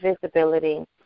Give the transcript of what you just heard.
visibility